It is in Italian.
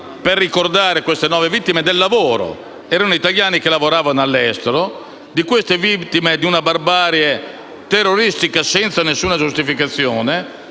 per ricordare queste nove vittime del lavoro: erano italiani che lavoravano all'estero, vittime di una barbarie terroristica senza alcuna giustificazione.